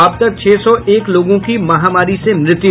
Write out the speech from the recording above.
अब तक छह सौ एक लोगों की महामारी से मृत्यु